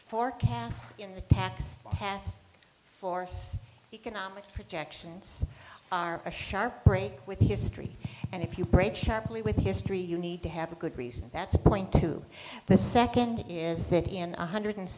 forecasts in the tax pass force economic projections are a sharp break with history and if you break sharply with history you need to have a good reason that's point to the second is that a hundred